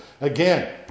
Again